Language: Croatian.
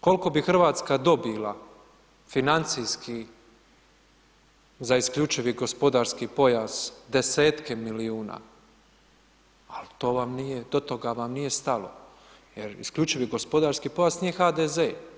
Kolko bi RH dobila financijski za isključivi gospodarski pojas, desetke milijuna, al do toga vam nije stalo jer isključivi gospodarski pojas nije HDZ.